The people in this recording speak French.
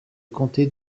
comté